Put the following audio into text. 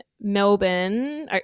Melbourne